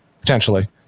potentially